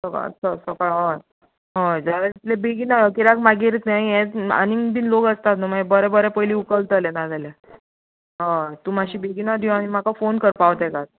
सकाळचो सकाळचो हय हय जाता तितले बेगिना किद्याक मागीर हें आनीक बीन लोक आसतात न्हू बरें बरें पयली उखलतले नाजाल्यार हय तुमी मातशी बेगीनत यो आनी म्हाका फोन कर पावले गाय